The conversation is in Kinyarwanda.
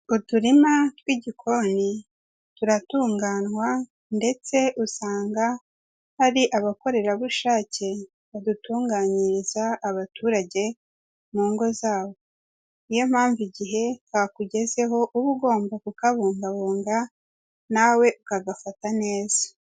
Uturima tw'igikoni turatunganywa ndetse usanga hari abakorerabushake badutunganyiriza abaturage mu ngo zabo, ni yo mpamvu igihe kakugezeho uba ugomba kukabungabunga nawe ukagafata neza.